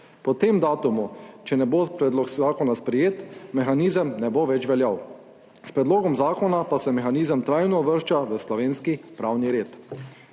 Po tem datumu, če ne bo predlog zakona sprejet, mehanizem ne bo več veljal. S predlogom zakona pa se mehanizem trajno uvršča v slovenski pravni red.